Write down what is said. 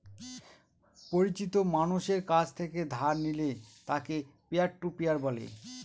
পরিচিত মানষের কাছ থেকে ধার নিলে তাকে পিয়ার টু পিয়ার বলে